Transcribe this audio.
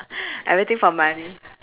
everything for money